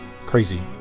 crazy